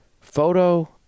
photo